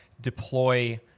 deploy